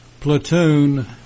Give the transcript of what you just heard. platoon